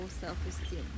self-esteem